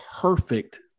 perfect